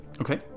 Okay